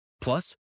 Plus